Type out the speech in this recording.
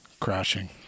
crashing